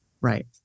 Right